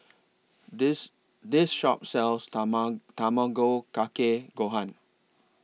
This This Shop sells Tamago Kake Gohan